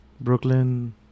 Brooklyn